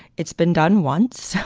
it's been done once.